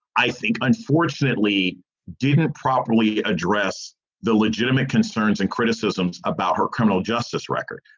i think unfortunately didn't properly address the legitimate concerns and criticisms about her criminal justice record.